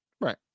Right